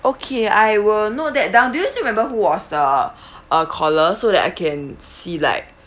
okay I will note that down do you still remember who was the uh caller so that I can see like